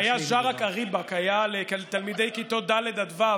היה "ג'ארכ קריבכ", לתלמידי כיתות ד' עד ו',